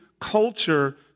culture